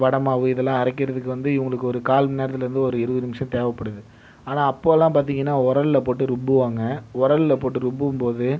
வடை மாவு இதெல்லாம் அரைக்கிறதுக்கு வந்து இவங்களுக்கு ஒரு கால் மணிநேரத்துலருந்து ஒரு இருபது நிமிடம் தேவைப்படுது ஆனால் அப்போதெல்லாம் பார்த்திங்கன்னா உரலில் போட்டு ரும்புவாங்க உரலில் போட்டு ரும்பும் போது